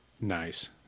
Nice